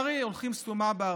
שהוא קיבל, מנושא סחיבת הפצוע בצה"ל.